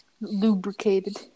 Lubricated